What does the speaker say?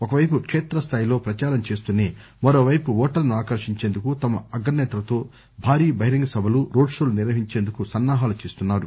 ఒకపైపు శేత్ర స్థాయిలో ప్రచారం చేస్తూనే మరోపైపు ఓటర్లను ఆకర్షించేందుకు తమ అగ్రసేతలతో భారీ బహిరంగ సభలు రోడ్ షోలు నిర్వహించేందుకు సన్నా హాలు చేస్తున్నారు